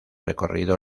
recorrido